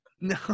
No